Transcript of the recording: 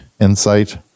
insight